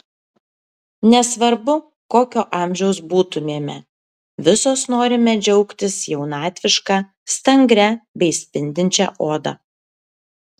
nesvarbu kokio amžiaus būtumėme visos norime džiaugtis jaunatviška stangria bei spindinčia oda